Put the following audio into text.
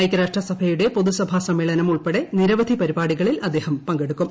ഐക്യരാഷ്ട്രസഭയുടെ പൊതുസഭ സമ്മേളനം ഉൾപ്പെടെ നിരവധി പരിപാടികളിൽ അദ്ദേഹം പങ്കെടുക്കും